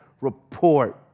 report